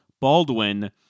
Baldwin